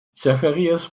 zacharias